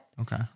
okay